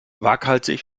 waghalsig